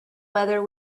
whether